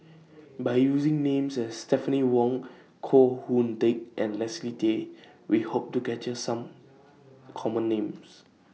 By using Names as Stephanie Wong Koh Hoon Teck and Leslie Tay We Hope to capture Some Common Names